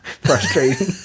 Frustrating